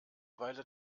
weile